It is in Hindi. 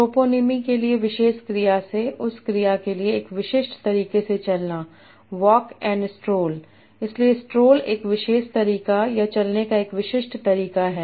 ट्रोपोनिमी के लिए विशिष्ट क्रिया से उस क्रिया के लिए एक विशिष्ट तरीके से चलना वाक एंड स्ट्रोल इसलिए स्ट्रोल एक विशेष तरीका या चलने का एक विशिष्ट तरीका है